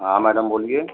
हाँ मैडम बोलिए